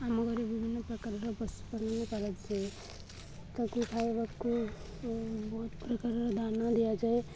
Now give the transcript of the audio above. ଆମ ଘରେ ବିଭିନ୍ନ ପ୍ରକାରର ପଶୁପାଳନ କରାଯାଏ ତାକୁ ଖାଇବାକୁ ବହୁତ ପ୍ରକାରର ଦାନା ଦିଆଯାଏ